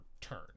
turn